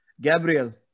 Gabriel